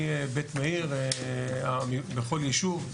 מבית מאיר בכל ישוב,